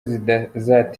zizatera